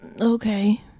Okay